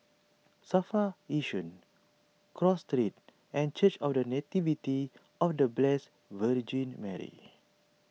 Safra Yishun Cross Street and Church of the Nativity of the Blessed Virgin Mary